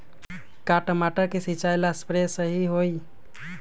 का टमाटर के सिचाई ला सप्रे सही होई?